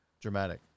dramatic